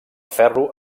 ferro